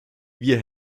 wir